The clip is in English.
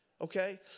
Okay